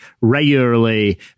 regularly